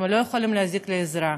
הם לא יכולים להזעיק עזרה,